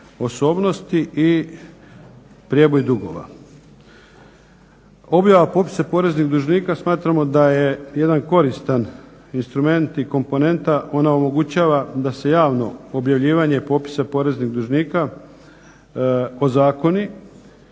osobnosti i prijeboj dugova. Objava popisa poreznih dužnika smatramo da je jedan koristan instrument i komponenta, ona omogućava da se javno objavljivanje popisa poreznih dužnika ozakoni,